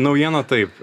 naujiena taip